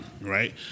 right